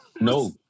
No